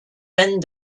end